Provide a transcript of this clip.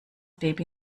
baby